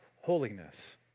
holiness